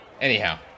Anyhow